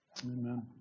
Amen